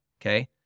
Okay